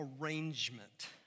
arrangement